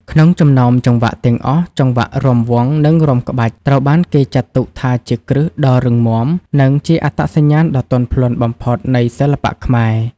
ក្នុងចំណោមចង្វាក់ទាំងអស់ ចង្វាក់រាំវង់ និងរាំក្បាច់ ត្រូវបានគេចាត់ទុកថាជាគ្រឹះដ៏រឹងមាំ និងជាអត្តសញ្ញាណដ៏ទន់ភ្លន់បំផុតនៃសិល្បៈខ្មែរ។